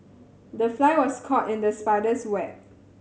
the fly was caught in the spider's web